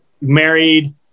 married